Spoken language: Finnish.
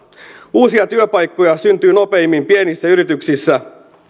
uusia työpaikkoja syntyy nopeimmin pienissä yrityksissä